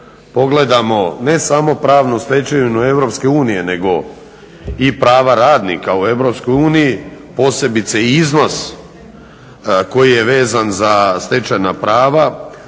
pogledamo ne samo pravnu stečevinu Europske unije nego i prava radnika u Europskoj uniji, posebice i iznos koji je vezan za stečajna prava,